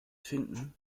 finden